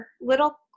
little